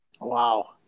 Wow